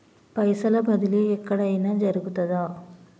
పైసల బదిలీ ఎక్కడయిన జరుగుతదా?